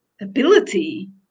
ability